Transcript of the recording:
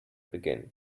begin